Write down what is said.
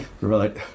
Right